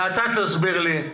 ואתה תסביר לי,